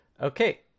Okay